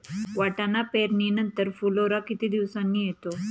वाटाणा पेरणी नंतर फुलोरा किती दिवसांनी येतो?